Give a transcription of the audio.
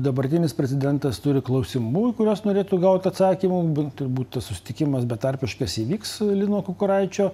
dabartinis prezidentas turi klausimų į kuriuos norėtų gaut atsakymų bet turbūt tas susitikimas betarpiškas įvyks lino kukuraičio